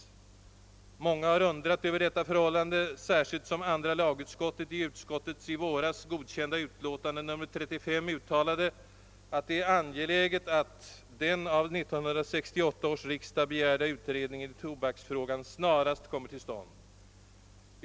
Många har undrat över detta förhållande särskilt som andra lagutskottet i utskottets i våras godkända utlåtande nr 35 uttalade, att det är angeläget att »den av 1968 års riksdag begärda utredningen i tobaksfrågan snarast kommer till stånd».